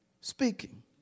speaking